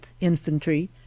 Infantry